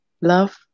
love